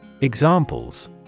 Examples